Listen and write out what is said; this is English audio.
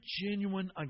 genuine